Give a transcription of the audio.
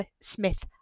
Smith